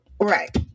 Right